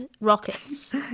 rockets